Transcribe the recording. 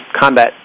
combat